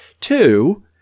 Two